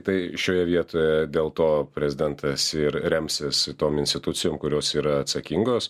tai šioje vietoje dėl to prezidentas ir remsis tom institucijom kurios yra atsakingos